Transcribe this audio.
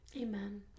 Amen